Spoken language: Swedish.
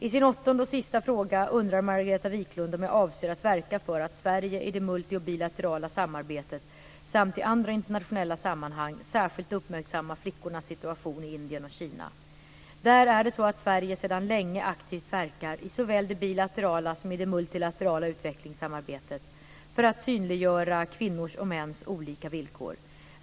I sin åttonde och sista fråga undrar Margareta Viklund om jag avser att verka för att Sverige i det multi och bilaterala samarbetet samt i andra internationella sammanhang särskilt uppmärksamma flickornas situation i Indien och Kina. Där är det så att Sverige sedan länge aktivt verkar - i såväl det bilaterala som det multilaterala utvecklingssamarbetet - för att synliggöra kvinnors och mäns olika villkor.